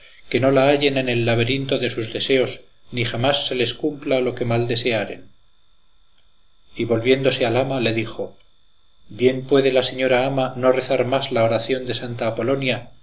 que no la hallen en el laberinto de sus deseos ni jamás se les cumpla lo que mal desearen y volviéndose al ama le dijo bien puede la señora ama no rezar más la oración de santa apolonia